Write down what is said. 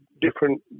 different